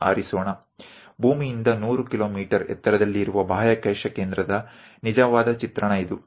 આ અવકાશ મથક ની વાસ્તવિક છબી છે જે પૃથ્વીની ઉપર 100 કિલોમીટરની ઉંચાઈએ છે